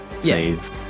Save